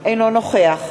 אינו נוכח